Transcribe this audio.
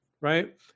right